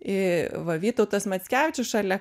ir va vytautas mackevičius šalia